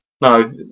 no